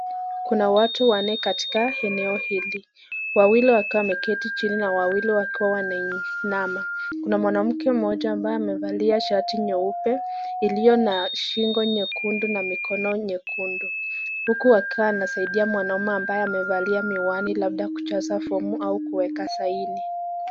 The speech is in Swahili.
Kuna watu wanne katika eneo hili wawili wakiwa wameketi chini na wawili wakiwa wanainama, kuna mwanamke mmoja ambaye amevalia shati nyeupe iliyo na shingo nyekundu na mikono nyekundu huku wakiwa wanasaidia mwanaume ambaye amevalia miwani labda kujaza fomu au kuweka saini.